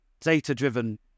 data-driven